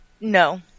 No